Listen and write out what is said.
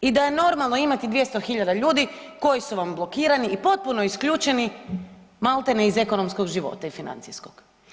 I da je normalno imati 200.000 ljudi koji su vam blokirani i potpuno isključeni maltene iz ekonomskog života i financijskog?